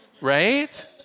right